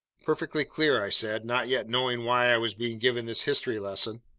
perfectly clear, i said, not yet knowing why i was being given this history lesson.